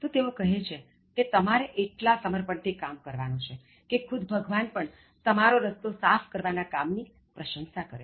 તો તેઓ કહે છે કે તમારે એટલા સમર્પણથી કામ કરવાનું છે કે ખુદ ભગવાન પણ તમારા રસ્તો સાફ કરવાના કામ ની પ્રશંસા કરે